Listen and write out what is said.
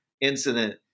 Incident